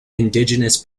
indigenous